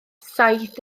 saith